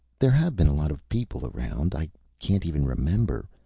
there have been a lot of people around. i can't even remember.